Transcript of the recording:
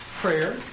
prayer